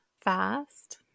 Fast